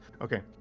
Okay